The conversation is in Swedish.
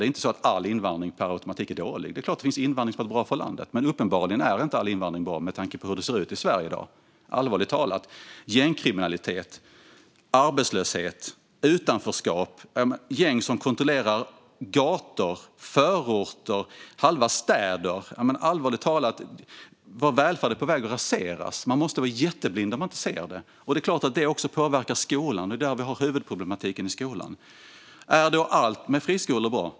Det är inte så att all invandring per automatik är dålig. Det är klart att det finns invandring som är bra för landet. Men uppenbarligen är inte all invandring bra med tanke på hur det ser ut i Sverige i dag. Vi har gängkriminalitet, arbetslöshet, utanförskap och gäng som kontrollerar gator, förorter och halva städer. Allvarligt talat - vår välfärd är på väg att raseras. Man måste vara jätteblind om man inte ser det. Det är klart att detta också påverkar skolan. Det är där vi har huvudproblematiken. Är då allt med friskolor bra?